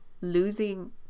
losing